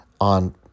on